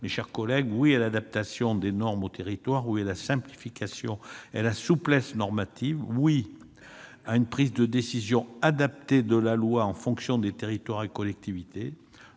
mes chers collègues, oui à l'adaptation des normes aux territoires, oui à la simplification et à la souplesse normative, oui à la décision d'adapter la loi en fonction des territoires et des collectivités.